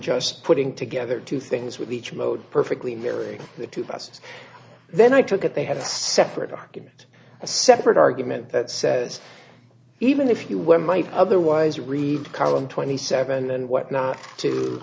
just putting together two things with each mode perfectly marry the two of us then i took it they had a separate argument a separate argument that says even if you were might otherwise read column twenty seven and what not to